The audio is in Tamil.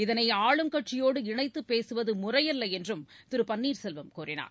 இதனைஆளும் கட்சியோடு இணைத்துபேசுவதுமுறையல்லஎன்றும் திருபன்னீர் செல்வம் கூறினார்